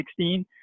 2016